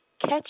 catch